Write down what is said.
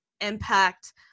impact